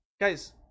guys